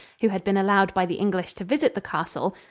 who had been allowed by the english to visit the castle,